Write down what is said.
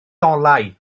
olau